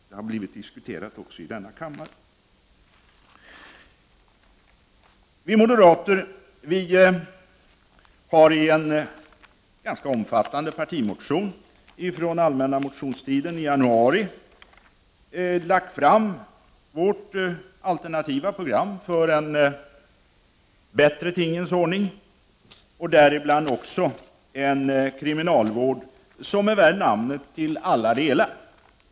Det har även diskuterats här i denna kammare. Vi moderater har i en ganska omfattande partimotion från allmänna mo tionstiden i januari lagt fram vårt alternativa program för en bättre tingens ordning, däribland också en kriminalvård som till alla delar är värd namnet.